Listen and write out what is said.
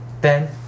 Ben